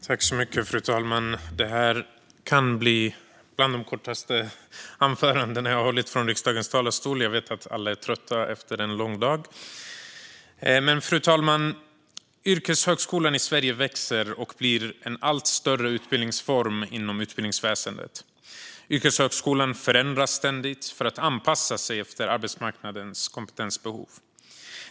Fru talman! Det här kan bli bland de kortaste anföranden jag har hållit från riksdagens talarstol. Jag vet att alla är trötta efter en lång dag. Fru talman! Yrkeshögskolan i Sverige växer och blir en allt större utbildningsform inom utbildningsväsendet. Yrkeshögskolan förändras ständigt för att anpassa sig efter arbetsmarknadens kompetensbehov.